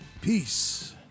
Peace